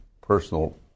personal